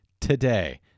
today